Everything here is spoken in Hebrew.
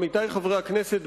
עמיתי חברי הכנסת,